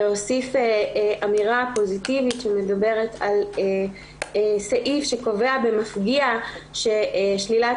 להוסיף אמירה פוזיטיבית של סעיף שקובע במפגיע ששלילת